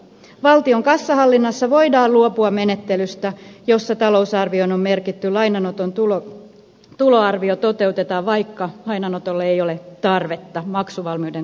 valtion kassahallinnassa voidaan luopua menettelystä jossa talousarvioon merkitty lainanoton tuloarvio toteutetaan vaikka lainanotolle ei ole tarvetta maksuvalmiuden kannalta